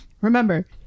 Remember